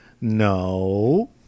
No